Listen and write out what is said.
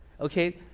okay